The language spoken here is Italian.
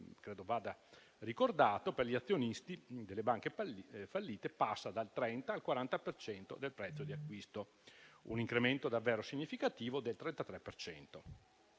credo vada ricordato, per gli azionisti delle banche fallite passa dal 30 al 40 per cento del prezzo di acquisto, con un incremento davvero significativo del 33